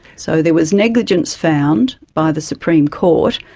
so there was negligence found by the supreme court,